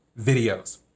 videos